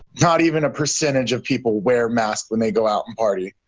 not even a percentage of people wear masks when they go out party.